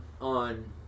on